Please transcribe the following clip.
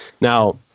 Now